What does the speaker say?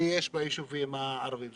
הקיימת בישובים הערביים.